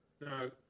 No